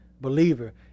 believer